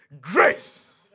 grace